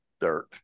dirt